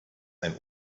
ein